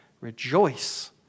rejoice